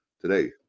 today